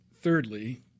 thirdly